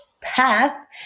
Path